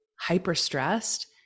hyper-stressed